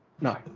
No